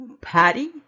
patty